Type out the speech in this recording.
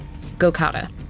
Gokata